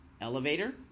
Elevator